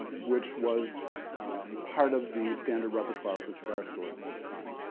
which was part of the standard repertoire for cigar stores at the time.